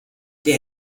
der